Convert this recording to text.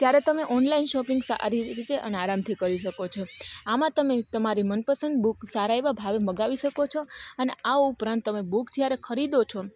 ત્યારે તમે online shopping સારી રીતે અને આરામથી કરી શકો છો આમાં તમે તમારી મનપસંદ બુક સારા એવા ભાવે મંગાવી શકો છો અને આ ઉપરાંત તમે બુક જ્યારે ખરીદો છો